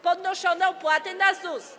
Podnoszone opłaty na ZUS.